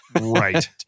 right